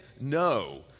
no